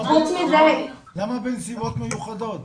חוץ מזה --- למה בנסיבות מיוחדות?